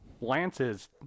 lances